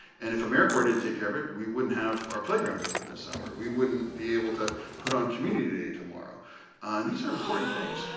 and if americorps didn't take care of it, we wouldn't have our playgrounds open this summer. we wouldn't be able to put on community day tomorrow. and these are important things.